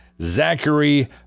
Zachary